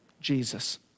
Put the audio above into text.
Jesus